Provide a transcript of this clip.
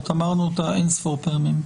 אמרנו אותה אינספור פעמים.